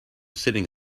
sitting